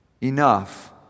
enough